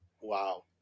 wow